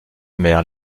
mère